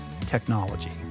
technology